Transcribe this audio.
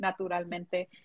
naturalmente